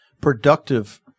productive